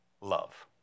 love